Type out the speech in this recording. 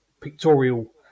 pictorial